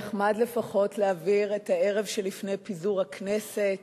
נחמד לפחות להעביר את הערב שלפני פיזור הכנסת